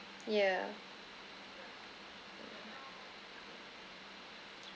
yeah